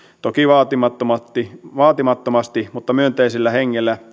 toki vaatimattomasti vaatimattomasti mutta myönteisellä hengellä